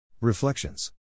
Reflections